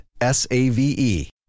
S-A-V-E